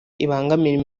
ibangamira